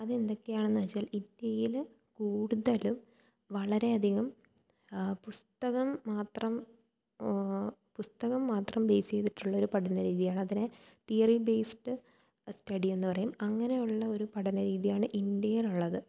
അതെന്തക്കെയാണെന്ന് വച്ചാൽ ഇന്ത്യയിൽ കൂടുതലും വളരെയധികം പുസ്തകം മാത്രം പുസ്തകം മാത്രം ബേസ് ചെയ്തിട്ടുള്ളൊരു പഠന രീതിയാണ് അതിനെ തിയറി ബേസ്ഡ് സ്റ്റഡി എന്ന് പറയും അങ്ങനെയുള്ള ഒരു പഠന രീതിയാണ് ഇന്ത്യയിലുള്ളത്